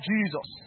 Jesus